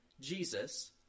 Jesus